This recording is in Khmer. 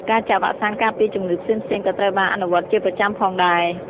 ការចាក់វ៉ាក់សាំងការពារជំងឺផ្សេងៗក៏ត្រូវបានអនុវត្តជាប្រចាំផងដែរ។